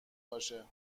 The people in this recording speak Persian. باشه